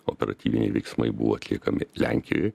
operatyviniai veiksmai buvo atliekami lenkijoj